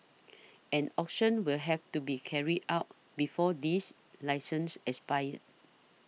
an auction will have to be carried out before these licenses expire